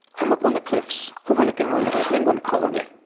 i'm up on the cliffs, overlooking our little penguin colony,